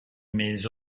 mes